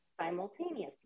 simultaneously